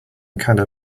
kinda